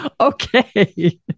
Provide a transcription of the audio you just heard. Okay